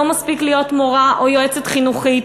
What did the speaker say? לא מספיק להיות מורה או יועצת חינוכית,